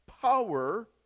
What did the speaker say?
power